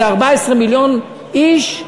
זה 14 מיליון איש,